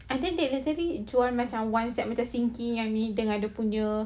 I think they literally jual macam one set macam sinki yang ni dan dia punya